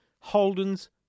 Holden's